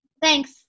Thanks